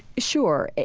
sure.